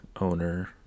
owner